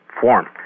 form